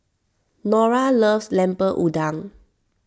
Norah loves Lemper Udang